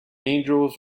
angels